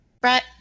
Brett